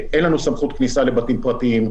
אין לנו סמכות כניסה לבתים פרטיים,